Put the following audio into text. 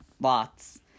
lots